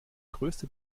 größte